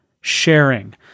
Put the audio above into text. sharing